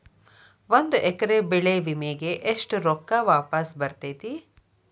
ಒಂದು ಎಕರೆ ಬೆಳೆ ವಿಮೆಗೆ ಎಷ್ಟ ರೊಕ್ಕ ವಾಪಸ್ ಬರತೇತಿ?